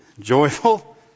Joyful